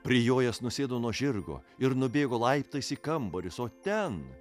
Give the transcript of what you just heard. prijojęs nusėdo nuo žirgo ir nubėgo laiptais į kambarius o ten